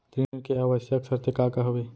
ऋण के आवश्यक शर्तें का का हवे?